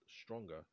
stronger